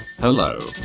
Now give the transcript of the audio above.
Hello